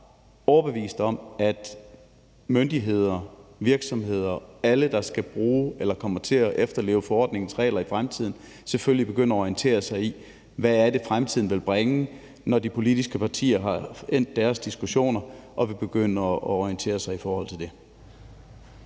er ret overbevist om, at myndigheder, virksomheder og alle, der skal bruge eller kommer til at efterleve forordningens regler i fremtiden, selvfølgelig begynder at orientere sig, i forhold til hvad fremtiden vil bringe, når de politiske partier har endt deres diskussioner. Kl. 12:03 Anden næstformand (Jeppe